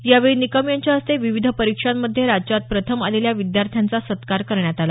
यावेळी निकम यांच्या हस्ते विविध परिक्षांमध्ये राज्यात प्रथम आलेल्या विद्यार्थ्यांचा सत्कार करण्यात आला